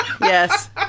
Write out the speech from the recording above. yes